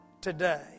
today